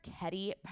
Teddy